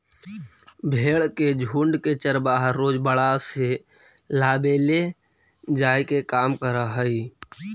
भेंड़ के झुण्ड के चरवाहा रोज बाड़ा से लावेले जाए के काम करऽ हइ